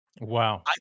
Wow